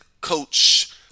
Coach